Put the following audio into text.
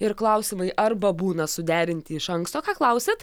ir klausimai arba būna suderinti iš anksto ką klausit